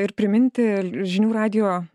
ir priminti žinių radijo